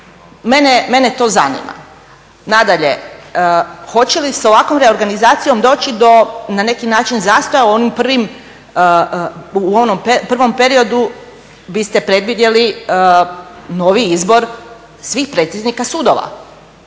mene to zanima. Nadalje, hoće li se ovakvom reorganizacijom doći na neki način do zastoja u onom prvom periodu, vi ste predvidjeli novi izbor svih predsjednika sudova